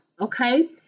Okay